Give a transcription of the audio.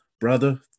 brother